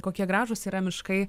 kokie gražūs yra miškai